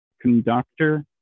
conductor